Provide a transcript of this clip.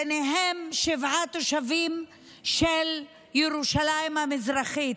ביניהם שבעה תושבים של ירושלים המזרחית.